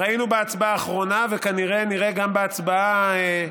ראינו בהצבעה האחרונה,